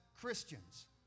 Christians